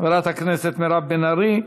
חברת הכנסת מירב בן ארי.